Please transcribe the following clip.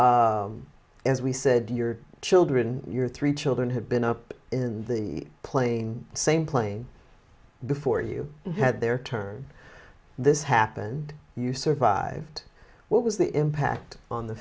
place as we said your children your three children had been up in the plane same plane before you had their turn this happened you survived what was the impact on the